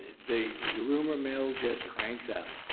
the rumor mill just cranks up.